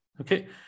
Okay